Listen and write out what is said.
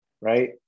Right